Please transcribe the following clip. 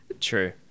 true